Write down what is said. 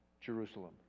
Jerusalem